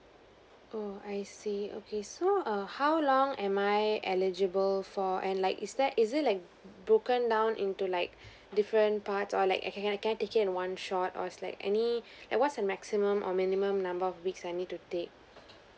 oh I see okay so err how long am I eligible for and like is there is it like broken down into like different parts or like I can can can I take it in one shot or is like any and what's the maximum or minimum number of weeks I need to take